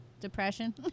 depression